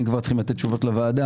אם כבר צריכים לתת תשובות לוועדה,